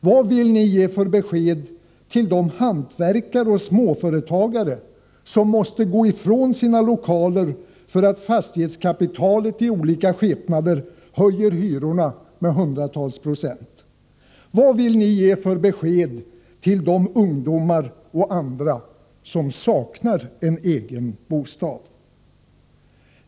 Vad vill ni ge för besked till de hantverkare och småföretagare som måste gå ifrån sina lokaler därför att fastighetskapitalet i olika skepnader höjer hyrorna med hundratals procent? Vad vill ni ge för besked till de ungdomar och andra som saknar en egen bostad?